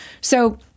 So-